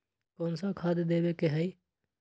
कोन सा खाद देवे के हई?